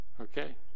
Okay